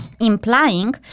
implying